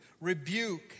rebuke